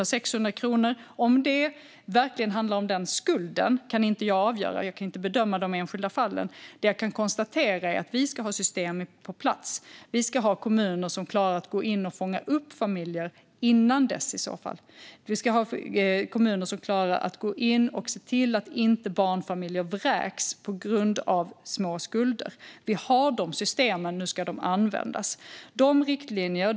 Jag kan inte avgöra om det verkligen handlar om den skulden, för jag kan inte bedöma enskilda fall. Jag kan dock konstatera att vi ska ha system på plats och kommuner som klarar att fånga upp familjer innan dess. Kommuner ska kunna gå in och se till att barnfamiljer inte vräks på grund av små skulder. Vi har systemen, och nu ska de användas.